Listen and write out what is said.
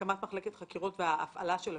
הקמת מחלקת חקירות וההפעלה שלה